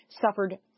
suffered